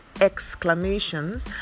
exclamations